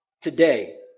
today